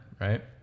right